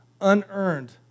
unearned